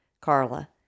Carla